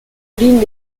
lignes